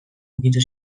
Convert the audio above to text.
ukitu